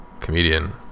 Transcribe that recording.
comedian